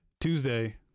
Tuesday